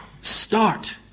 start